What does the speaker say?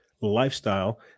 lifestyle